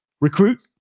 recruit